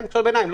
גם בקשות ביניים.